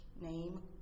name